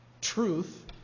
truth